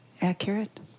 accurate